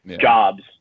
jobs